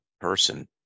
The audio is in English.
person